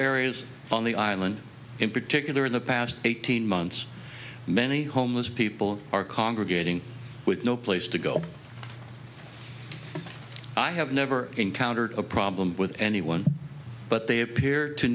areas on the island in particular in the past eighteen months many homeless people are congregating with no place to go i have never encountered a problem with anyone but they appear to